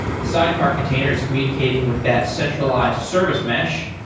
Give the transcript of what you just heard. the sidecar container is communicating with that centralized service mesh.